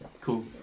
Cool